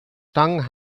tongue